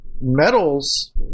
metals